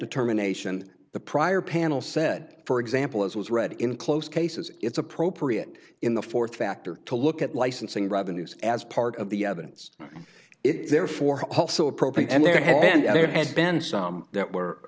determination the prior panel said for example as was read in close cases it's appropriate in the fourth factor to look at licensing revenues as part of the evidence it is therefore also appropriate and their head and there has been some that were